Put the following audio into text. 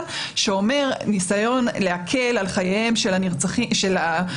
שאומר: ניסיון להקל על חייהם של הנפגעים,